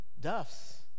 duffs